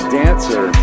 dancer